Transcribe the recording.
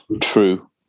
True